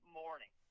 morning